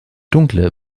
dunkle